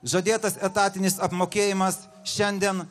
žadėtas etatinis apmokėjimas šiandien